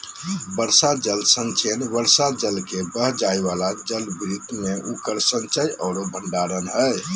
वर्षा जल संचयन वर्षा जल के बह जाय वाला जलभृत में उकर संचय औरो भंडारण हइ